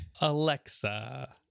Alexa